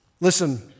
listen